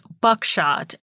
buckshot